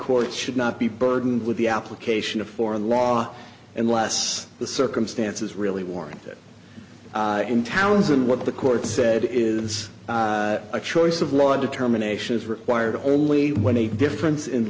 courts should not be burdened with the application of foreign law unless the circumstances really warranted in townsend what the court said is a choice of law determination is required only when a difference in